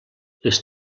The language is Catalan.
les